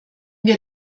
wir